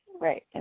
Right